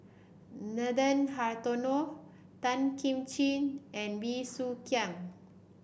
Nathan Hartono Tan Kim Ching and Bey Soo Khiang